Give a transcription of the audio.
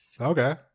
Okay